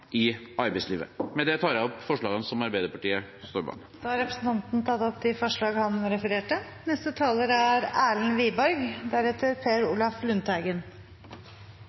i arbeidslivet. Med det tar jeg opp forslagene som Arbeiderpartiet står bak. Representanten Arild Grande har tatt opp de forslagene han refererte til. Jeg tror – i hvert fall med bakgrunn i foregående innlegg – det er